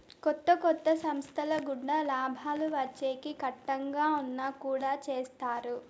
కొత్త కొత్త సంస్థల గుండా లాభాలు వచ్చేకి కట్టంగా ఉన్నా కుడా చేత్తారు